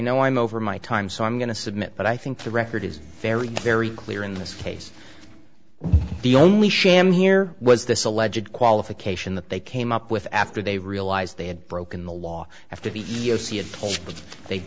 know i'm over my time so i'm going to submit but i think the record is very very clear in this case the only sham here was this alleged qualification that they came up with after they realized they had broken the law